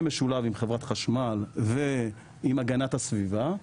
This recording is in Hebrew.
משולב עם חברת חשמל ועם הגנת הסביבה,